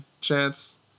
Chance